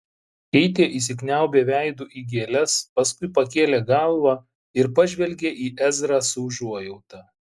keitė įsikniaubė veidu į gėles paskui pakėlė galvą ir pažvelgė į ezrą su užuojauta